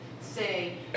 say